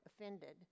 offended